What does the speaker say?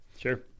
Sure